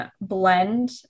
blend